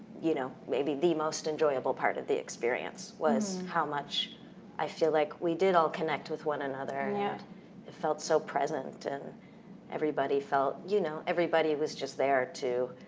you know, maybe the most enjoyable part of the experience was how much i feel like we did all connect with one another and yeah it felt so present and everybody felt, you know, everybody was just there to,